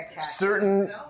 certain